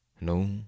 No